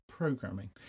programming